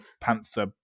panther